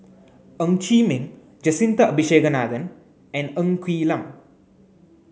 Ng Chee Meng Jacintha Abisheganaden and Ng Quee Lam